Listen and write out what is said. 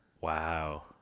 Wow